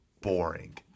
boring